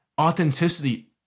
Authenticity